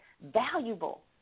valuable